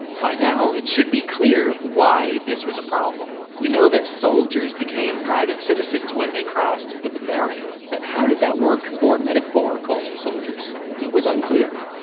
by now it should be clear why this was a problem. we know that soldiers became private citizens when they crossed the pomerium, but how did that work for metaphorical soldiers? it was unclear.